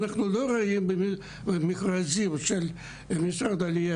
אנחנו לא רואים במכרזים של משרד העלייה